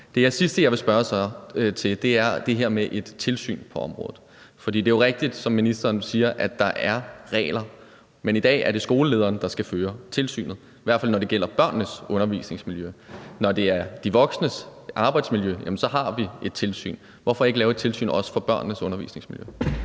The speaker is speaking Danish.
Det sidste, jeg så vil spørge til, er det her med et tilsyn på området. For det er jo rigtigt, som ministeren siger, at der er regler, men i dag er det skolelederen, der skal føre tilsynet, i hvert fald når det gælder børnenes undervisningsmiljø. Når det gælder de voksnes arbejdsmiljø, har vi et tilsyn. Hvorfor ikke også lave et tilsyn for børnenes undervisningsmiljø?